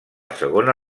segona